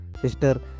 Sister